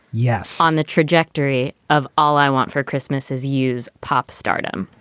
yes. on the trajectory of all i want for christmas is use pop stardom.